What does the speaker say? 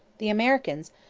the americans,